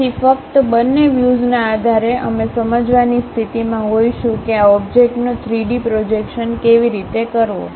તેથી ફક્ત બંને વ્યુઝના આધારે અમે સમજવાની સ્થિતિમાં હોઈશું કે આ ઓબ્જેક્ટનો 3D પ્રોજેક્શન કેવી રીતે કરવો